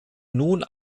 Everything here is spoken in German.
nun